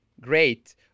Great